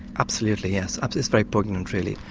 absolutely yes, it's very poignant and really.